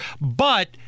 but-